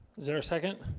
is there a second?